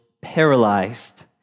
paralyzed